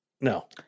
no